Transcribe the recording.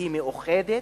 שהיא מאוחדת?